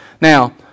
Now